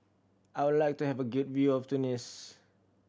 I would like to have a good view of Tunis